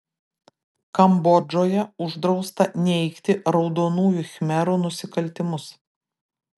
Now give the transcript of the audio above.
kambodžoje uždrausta neigti raudonųjų khmerų nusikaltimus